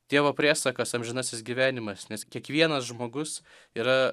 dievo priesakas amžinasis gyvenimas nes kiekvienas žmogus yra